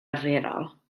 arferol